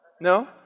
No